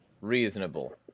Reasonable